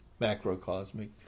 macrocosmic